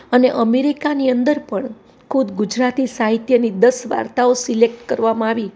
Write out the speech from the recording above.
અને અમેરિકાની અંદર પણ ખુદ ગુજરાતી સાહિત્યની દસ વાર્તાઓ સિલેકટ કરવામાં આવી